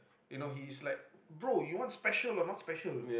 you know he is like bro you want special or not special